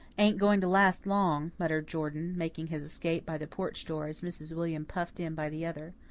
ain't going to last long, muttered jordan, making his escape by the porch door as mrs. william puffed in by the other.